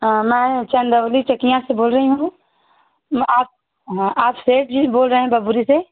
हाँ मैं चंदौली चकिया से बोल रही हूँ मैं आप हाँ आप सेठ जी बोल रहे हैं बबुरी से